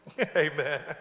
amen